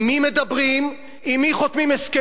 עם מי מדברים, עם מי חותמים הסכמים?